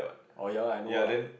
orh ya lah I know lah